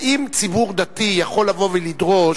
האם ציבור דתי יכול לבוא, לדרוש,